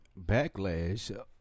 Backlash